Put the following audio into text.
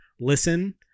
listen